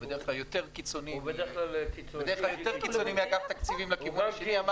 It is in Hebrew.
שבדרך כלל יותר קיצוני מאגף תקציבים לכיוון השני.